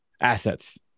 assets